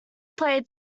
played